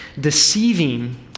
deceiving